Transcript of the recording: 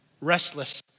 Restless